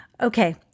Okay